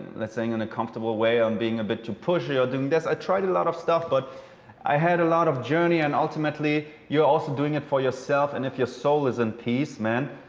saying in a comfortable way. i'm being a bit too pushy or doing this. i tried a lot of stuff, but i had a lot of journey. and ultimately, you're also doing it for yourself. and if your soul is in peace, man,